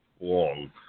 long